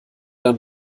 dann